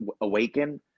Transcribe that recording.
awaken